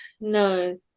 No